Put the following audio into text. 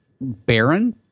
baron